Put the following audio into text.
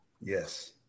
Yes